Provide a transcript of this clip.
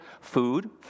food